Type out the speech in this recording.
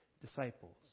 disciples